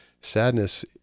sadness